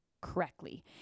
Correctly